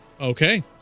Okay